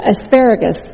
Asparagus